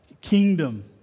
kingdom